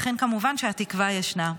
לכן, כמובן, התקווה ישנה.